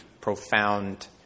profound